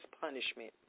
punishment